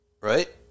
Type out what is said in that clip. Right